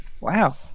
wow